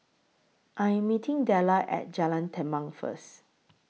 I Am meeting Dellar At Jalan Tampang First